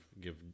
give